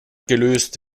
gelöst